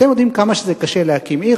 אתם יודעים כמה קשה להקים עיר?